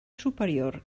superior